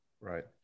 Right